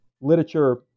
literature